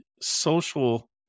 social